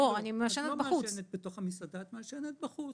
את לא מעשנת בתוך המסעדה, את מעשנת בחוץ.